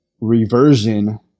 reversion